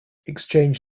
exchange